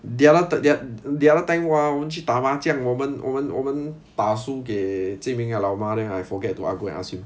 the other the the other time !wah! 我们去打麻将我们我们我们打输给金明的老妈 then I forget to go and ask him